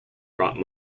brought